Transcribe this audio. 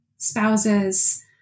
spouses